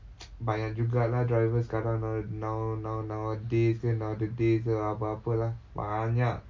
banyak juga lah drivers sekarang no~ now now now nowadays ke nowadays ke apa-apa lah banyak